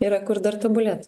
yra kur dar tobulėt